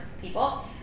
people